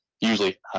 usually